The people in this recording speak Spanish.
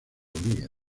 rodríguez